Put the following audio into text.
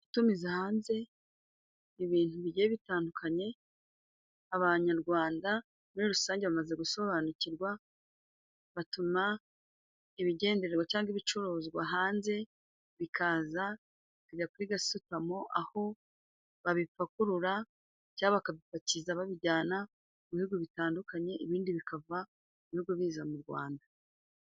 Gutumiza hanze ibintu bigiye bitandukanye, abanyarwanda muri rusange bamaze gusobanukirwa batuma ibigenderwa cyangwa ibicuruzwa hanze, bikaza bikajya kuri Gasutamo aho babipakurura cyangwa bakapakiza babijyana mu bihugu bitandukanye, ibindi bikava mu bihugu biza mu Rwanda.